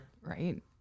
Right